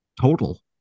total